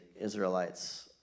Israelites